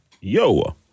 Yo